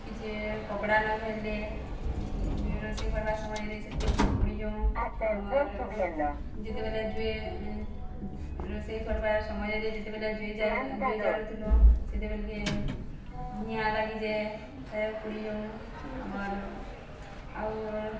କିଛି କପଡ଼ା ନ ଧରିଲେ ରୋଷେଇ କରିବା ସମୟରେ ସେତ୍ କି ଲିଏ ପୋଡ଼ି ଯାଉଁ ଆମର୍ ଯେତେବେଲେ ଯିଏ ରୋଷେଇ କରବାର୍ ସମୟରେ ଯେତେବେଲେ ଜୁଇ ଜାଳୁ ଜୁଇ ଜାଳୁ ଥୁଲୁ ସେତେବେଲ୍ କେ ନିଆଁ ଲାଗିଯାଏ ତେଣୁ ପୋଡ଼ି ଯାଉଁ ଆମର୍ ଆଉ